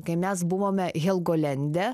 kai mes buvome helgolande